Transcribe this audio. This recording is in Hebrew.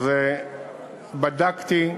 בדקתי,